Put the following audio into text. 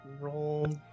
roll